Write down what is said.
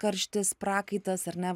karštis prakaitas ar ne